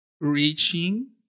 reaching